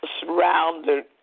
surrounded